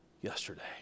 yesterday